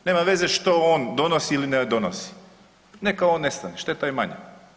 Nema veze što on donosi ili ne donosi, neka on nestane, šteta je manja.